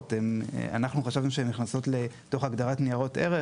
לא נכנסות לתוך הגדרת "ניירות ערך",